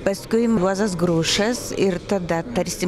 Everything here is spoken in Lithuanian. paskui juozas grušas ir tada tarsi